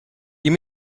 you